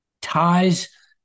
ties